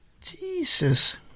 Jesus